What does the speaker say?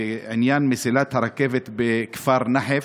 בעניין מסילת הרכבת בכפר נחף,